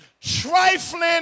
trifling